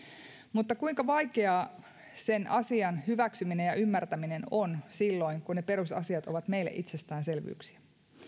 mutta kuinka vaikeaa sen asian hyväksyminen ja ymmärtäminen on silloin kun ne perusasiat ovat meille itsestäänselvyyksiä